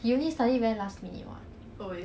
then how you gonna do well